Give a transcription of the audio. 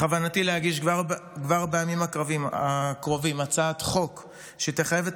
בכוונתי להגיש כבר בימים הקרובים הצעת חוק שתחייב את